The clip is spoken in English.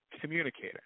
communicator